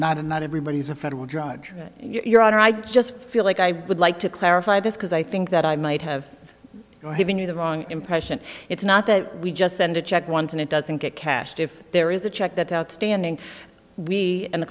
not and not everybody is a federal judge your honor i just feel like i would like to clarify this because i think that i might have or haven't you the wrong impression it's not that we just send a check once and it doesn't get cashed if there is a check that outstanding we and the